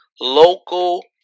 local